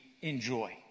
enjoy